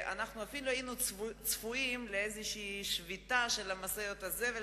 היינו אפילו צפויים לאיזה שביתה של משאיות הזבל